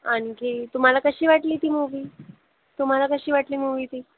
आणखी तुम्हाला कशी वाटली ती मूव्ही तुम्हाला कशी वाटली मूवी ती